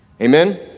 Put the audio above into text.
Amen